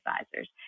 Advisors